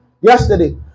yesterday